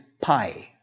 pi